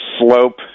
slope